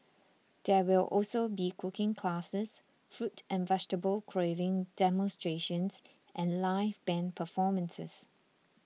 there will also be cooking classes fruit and vegetable carving demonstrations and live band performances